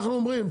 אנחנו אומרים,